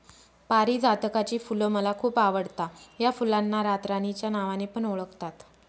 पारीजातकाची फुल मला खूप आवडता या फुलांना रातराणी च्या नावाने पण ओळखतात